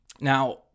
Now